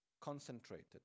concentrated